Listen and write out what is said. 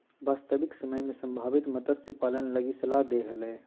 वास्तविक समय में संभावित मत्स्य पालन लगी सलाह दे हले